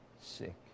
sick